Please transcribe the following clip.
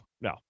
no